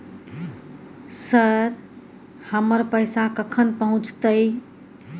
Sir, हमर पैसा कखन पहुंचतै?